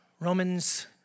Romans